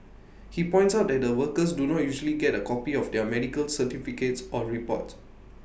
he points out that the workers do not usually get A copy of their medical certificates or reports